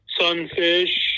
sunfish